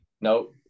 Nope